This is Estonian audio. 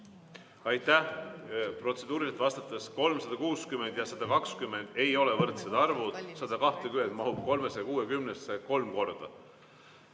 Aitäh! Protseduuriliselt vastates: 360 ja 120 ei ole võrdsed arvud, 120 mahub 360-sse kolm korda